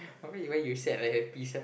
how come you when you sad I happy sia